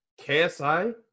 KSI